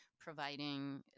providing